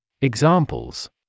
Examples